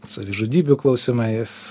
savižudybių klausimais